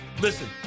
Listen